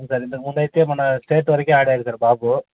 sir ఇంతకముందు అయితే మన స్టేట్ వరకే ఆడాడు సార్ బాబు